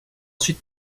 ensuite